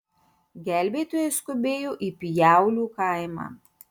gelbėtojai skubėjo į pjaulių kaimą